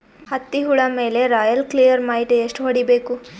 ಹತ್ತಿ ಹುಳ ಮೇಲೆ ರಾಯಲ್ ಕ್ಲಿಯರ್ ಮೈಟ್ ಎಷ್ಟ ಹೊಡಿಬೇಕು?